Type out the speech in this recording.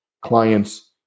clients